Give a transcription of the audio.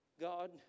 God